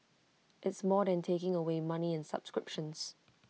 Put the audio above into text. it's more than taking away money and subscriptions